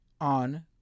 on